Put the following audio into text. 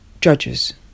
judges